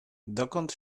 dokąd